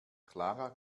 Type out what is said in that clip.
clara